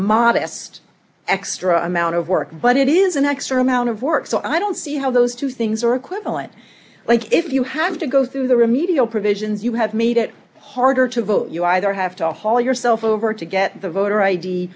modest extra amount of work but it is an extra mount of work so i don't see how those two things are equivalent like if you have to go through the remedial provisions you have made it harder to vote you either have to haul yourself over to get the voter i